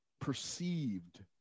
perceived